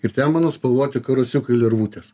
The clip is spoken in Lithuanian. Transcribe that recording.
ir ten mano spalvoti karosiukai lervutės